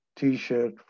T-shirt